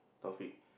Taufiq